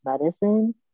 medicine